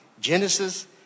Genesis